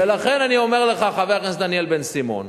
ולכן אני אומר לך, חבר הכנסת דניאל בן-סימון,